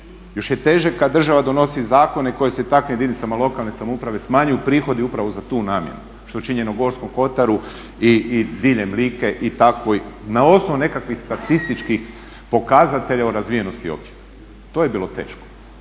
Još je teže kada država donosi zakone koji se takvim jedinicama lokalne samouprave smanjuju prihodi upravo za tu namjenu što je učinjeno u Gorskom kotaru i diljem Like i takvoj, na osnovu nekakvih statističkih pokazatelja o razvijenosti općina. To je bilo teško.